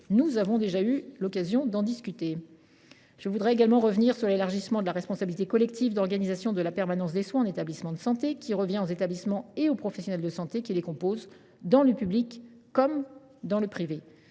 Nous avons déjà eu l’occasion d’en discuter. Je voudrais revenir également sur l’élargissement de la responsabilité collective dans l’organisation de la permanence des soins en établissements de santé (PDSES), responsabilité qui incombe aux établissements et aux professionnels de santé qui les composent, dans le public comme dans le privé.